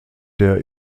der